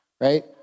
right